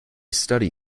study